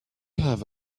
have